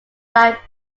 like